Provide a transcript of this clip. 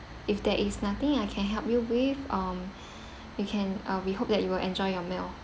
if there is nothing I can help you with um you can uh we hope that you will enjoy your meal